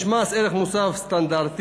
יש מס ערך מוסף סטנדרטי,